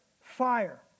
fire